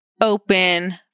open